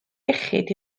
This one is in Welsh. iechyd